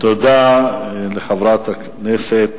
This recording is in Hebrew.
תודה לחברת הכנסת